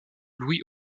louis